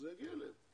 שאכן זה יגיע אליהם?: